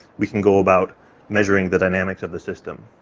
we can go about measuring the dynamics of the system.